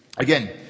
Again